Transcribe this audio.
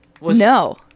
No